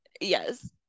Yes